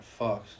fucks